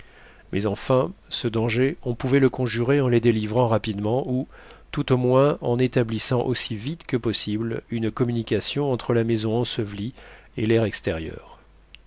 mais enfin ce danger on pouvait le conjurer en les délivrant rapidement ou tout au moins en établissant aussi vite que possible une communication entre la maison ensevelie et l'air extérieur